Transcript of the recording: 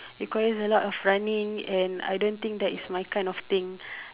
requires a lot of running and I don't think that is my kind of thing